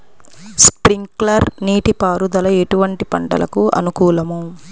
Sprinkler నీటిపారుదల ఎటువంటి పంటలకు అనుకూలము?